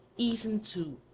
aeson too,